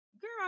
Girl